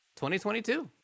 2022